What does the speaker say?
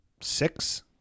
six